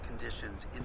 conditions